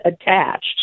attached